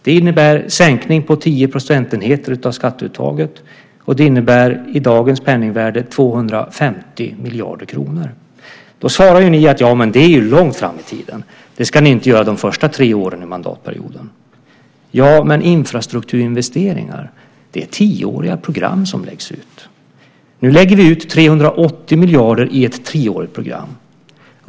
Det innebär sänkning på tio procentenheter av skatteuttaget, och det innebär i dagens penningvärde 250 miljarder kronor. Då svarar ni: Ja, men det är ju långt fram i tiden. Det ska vi inte göra de första tre åren i mandatperioden. Men infrastrukturinvesteringar är tioåriga program som läggs ut. Nu lägger vi ut 380 miljarder i ett tioårigt program.